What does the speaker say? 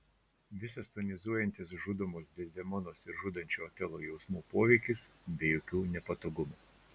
visas tonizuojantis žudomos dezdemonos ir žudančio otelo jausmų poveikis be jokių nepatogumų